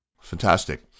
Fantastic